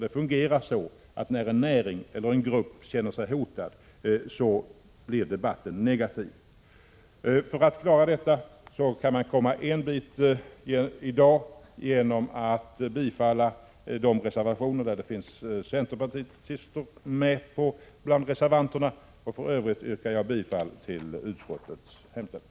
Det fungerar nämligen så att när en näring eller en grupp känner sig hotad blir debatten negativ. För att klara detta kan man komma en bit på vägen i dag genom att bifalla de reservationer där centerpartister finns med bland undertecknarna. I övrigt yrkar jag bifall till utskottets hemställan.